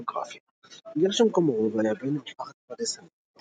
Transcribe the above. ביוגרפיה גרשום קומרוב היה בן למשפחת פרדסנים,